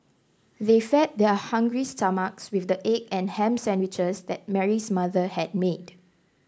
they fed their hungry stomachs with the egg and ham sandwiches that Mary's mother had made